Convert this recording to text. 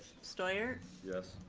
steuer? yes.